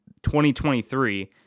2023